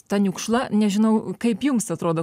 ta niukšla nežinau kaip jums atrodo